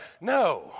No